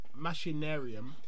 Machinarium